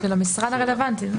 של המשרד הרלוונטי.